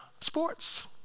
sports